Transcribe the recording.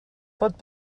pot